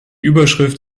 überschrift